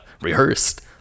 rehearsed